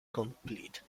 complete